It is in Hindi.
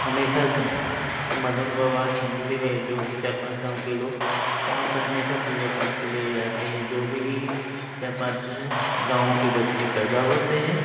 हमेशा मदन बाबा का मंदिर है जो भी चार पाँच गाँव के लोग वहाँ पर हमेशा पूजा पाठ के लिए जाते हैं जो भी चार पाँच हैं गाँव के बच्चे पैदा होते हैं